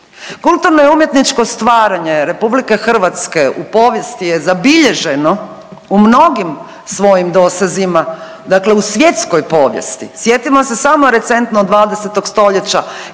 Kulturno i umjetničko stvaranje RH u povijesti je zabilježeno u mnogim svojim dosezima, dakle u svjetskoj povijesti. Sjetimo se samo recentno 20. stoljeća,